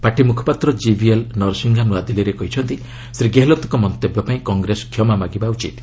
party ମୁଖପାତ୍ର କିଭିଏଲ୍ ନରସିଂଘା ନୂଆଦିଲ୍ଲୀରେ କହିଛନ୍ତି ଶ୍ରୀ ଗେହେଲତଙ୍କ ମନ୍ତବ୍ୟ ପାଇଁ କଂଗ୍ରେସ କ୍ଷମା ମାଗିବା ଉଚିତ୍